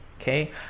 Okay